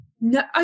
No